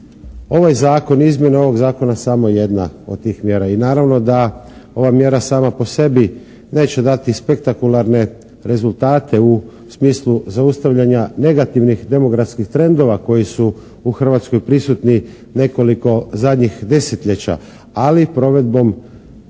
ovaj zakon, izmjene ovoga zakona samo jedna od tih mjera i naravno da ova mjera sama po sebi neće dati spektakularne rezultate u smislu zaustavljanja negativnih demografskih trendova koji su u Hrvatskoj prisutni nekoliko zadnjih desetljeća, ali provedbom